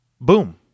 boom